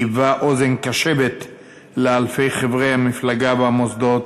היווה אוזן קשבת לאלפי חברי המפלגה והמוסדות,